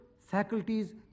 faculties